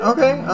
Okay